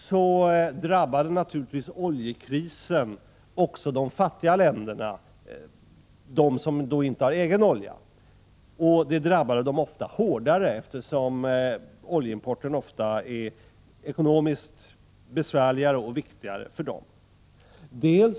Dels drabbade naturligtvis oljekrisen också de fattiga länderna — de som inte har egen olja — och den drabbade dem ofta hårdare, eftersom oljeimporten vanligen är ekonomiskt besvärligare och viktigare för dessa länder.